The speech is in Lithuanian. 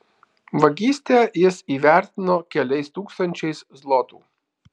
vagystę jis įvertino keliais tūkstančiais zlotų